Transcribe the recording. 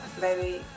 Baby